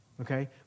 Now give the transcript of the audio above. Okay